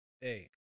Hey